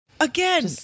Again